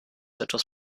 etwas